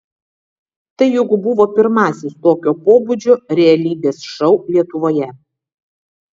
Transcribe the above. tai juk buvo pirmasis tokio pobūdžio realybės šou lietuvoje